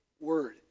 word